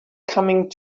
coming